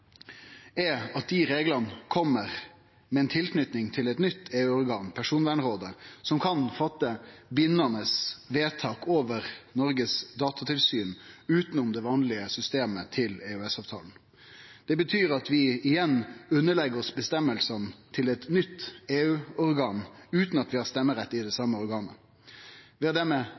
er at reglane kjem med ei tilknyting til eit nytt EU-organ, Personvernrådet, som kan fatte bindande vedtak over Noregs datatilsyn utanom det vanlege systemet til EØS-avtalen. Det betyr at vi igjen underordnar oss avgjerdene til eit nytt EU-organ utan at vi har stemmerett i organet. Vi har dermed